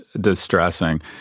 distressing